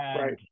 Right